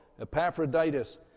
Epaphroditus